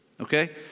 Okay